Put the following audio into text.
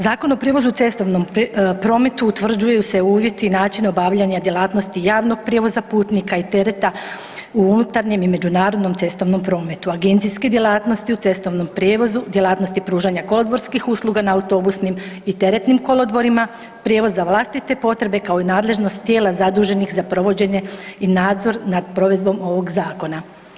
Zakon o prijevozu u cestovnom prometu utvrđuju se uvjeti i način obavljanja djelatnosti javnog prijevoza putnika i tereta u unutarnjem i međunarodnom cestovnom prometu, agencijske djelatnosti u cestovnom prijevozu, djelatnosti pružanja kolodvorskih usluga na autobusnim i teretnim kolodvorima, prijevoz za vlastite potrebe kao i nadležnost tijela zaduženih za provođenje i nadzor nad provedbom ovog zakona.